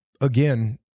again